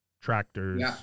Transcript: tractors